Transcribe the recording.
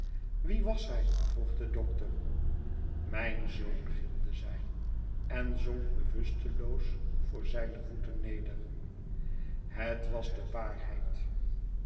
wie was hij vroeg de dokter mijn zoon gilde zij en zonk bewusteloos voor zijne voeten neder het was de waarheid